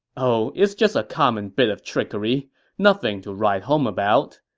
oh, it's just a common bit of trickery nothing to write home about,